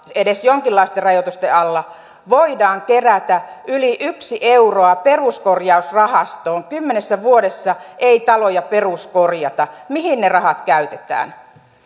edes jonkinlaisten rajoitusten alla voidaan kerätä yli yksi euroa peruskorjausrahastoon kymmenessä vuodessa ei taloja peruskorjata mihin ne rahat käytetään